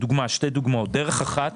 שתי דוגמאות: דרך אחת